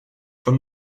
von